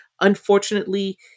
Unfortunately